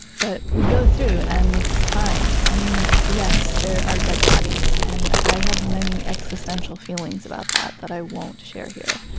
but we go through and it's fine. i mean, yes, there are dead bodies and i have many existential feelings about that that i won't share here.